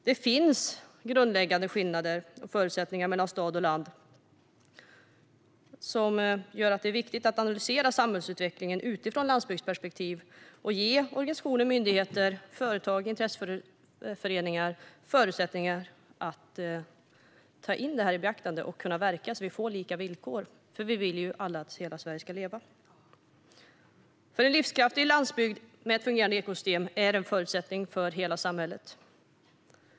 Det finns grundläggande skillnader och förutsättningar mellan stad och land som gör att det är viktigt att analysera samhällsutvecklingen utifrån ett landsbygdsperspektiv och ge organisationer, myndigheter, företag och intresseföreningar förutsättningar att ta det i beaktande och kunna verka så att vi får lika villkor. Vi vill ju alla att hela Sverige ska leva. En livskraftig landsbygd med ett fungerande ekosystem är en förutsättning för hela samhället.